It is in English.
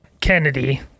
Kennedy